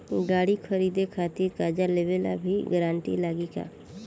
गाड़ी खरीदे खातिर कर्जा लेवे ला भी गारंटी लागी का?